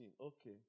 Okay